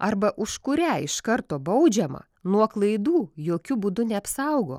arba už kurią iš karto baudžiama nuo klaidų jokiu būdu neapsaugo